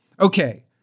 Okay